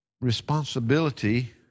responsibility